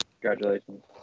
Congratulations